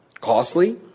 Costly